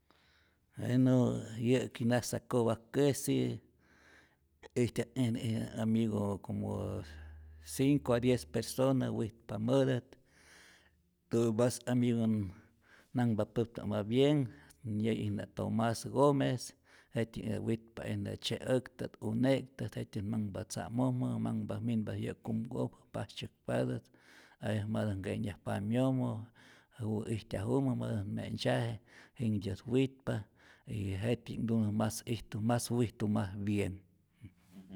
Weno yä'ki nasakopkäsi ijtyat ijna ij amigo como cinco a diez persona witpamätät pero mas amigo äj nanhpapäkta'mät bien nyäyi'ijna tomas gomez, jetyji'knhät witpa'ijna tzye'äktä, une'ktät, jetyät manhpa tza'mojmä, manhpa minpa yä'k kumku'ojmä pajtzyäkpatät, aveces matä nkenyaj pamyomo juwä ijtyajumä, matä't me'ntzyaje, jinhtyät witpa, y jetji'knhtumä mas ijtu, mas wijtu mas bien.